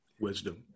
Wisdom